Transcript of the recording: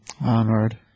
Onward